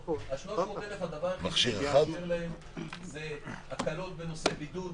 ה-300,000 הדבר היחיד שזה יאפשר להם זה הקלות בנושא בידוד,